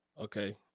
Okay